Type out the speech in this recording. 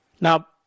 Now